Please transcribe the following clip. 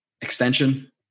extension